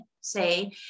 say